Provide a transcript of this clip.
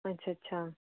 अच्छा अच्छा